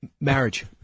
Marriage